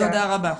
תודה רבה.